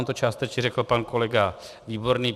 On to částečně řekl pan kolega Výborný.